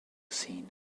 scene